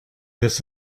this